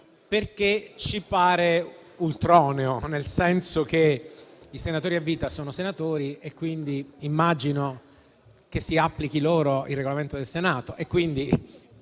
perché ci pare ultroneo. I senatori a vita sono senatori e immagino che si applichi loro il Regolamento del Senato,